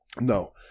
no